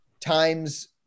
times